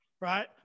Right